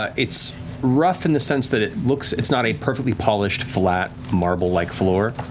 ah it's rough in the sense that it looks it's not a perfectly polished, flat, marble-like floor.